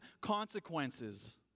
consequences